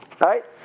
right